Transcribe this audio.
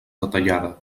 detallada